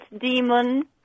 demon